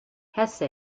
hesse